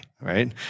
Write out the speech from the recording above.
right